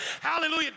Hallelujah